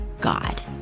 God